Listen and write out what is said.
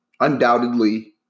undoubtedly